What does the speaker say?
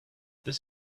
this